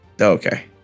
Okay